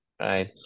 Right